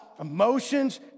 emotions